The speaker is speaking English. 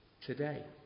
today